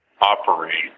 operate